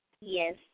Yes